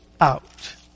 out